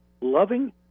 loving